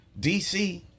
DC